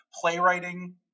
playwriting